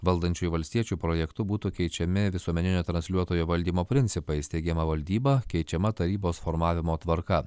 valdančiųjų valstiečių projektu būtų keičiami visuomeninio transliuotojo valdymo principai steigiama valdyba keičiama tarybos formavimo tvarka